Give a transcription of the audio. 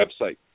website